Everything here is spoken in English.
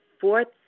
fourth